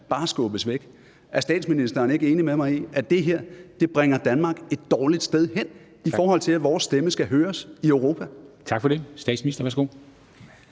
bare skubbes væk. Er statsministeren ikke enig med mig i, at det her bringer Danmark et dårligt sted hen, i forhold til at vores stemme skal høres i Europa? Kl. 13:13 Formanden (Henrik